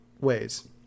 ways